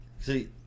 See